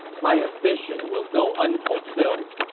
my ambition will go unfulfilled!